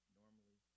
normally